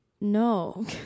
No